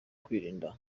kwirinda